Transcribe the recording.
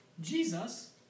jesus